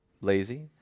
lazy